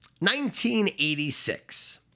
1986